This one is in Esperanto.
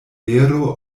vero